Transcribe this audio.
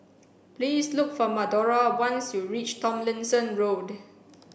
please look for Madora when you reach Tomlinson Road